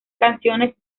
canciones